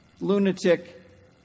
lunatic